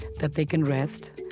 that they can rest,